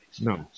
No